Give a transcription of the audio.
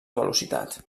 velocitat